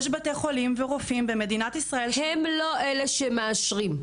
יש בתי חולים ורופאים במדינת ישראל --- הם לא אלה שמאשרים,